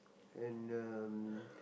and um